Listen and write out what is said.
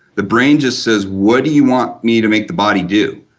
the brain just says what do you want me to make the body do?